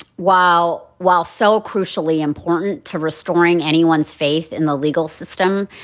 while while so crucially important to restoring anyone's faith in the legal system,